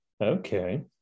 Okay